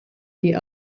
die